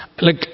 Look